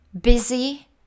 busy